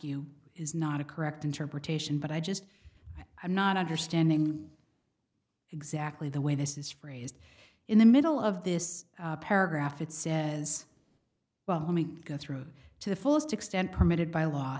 you is not a correct interpretation but i just i'm not understanding exactly the way this is phrased in the middle of this paragraph it says well let me go through to the fullest extent permitted by law